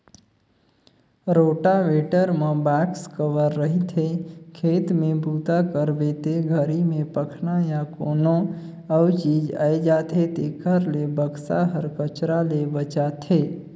rotavator म box cover रहिथे, खेत में बूता करबे ते घरी में पखना या कोनो अउ चीज आये जाथे तेखर ले बक्सा हर कचरा ले बचाथे